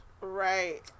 Right